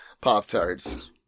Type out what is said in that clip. Pop-Tarts